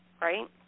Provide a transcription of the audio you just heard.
right